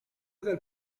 del